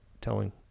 telling